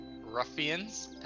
ruffians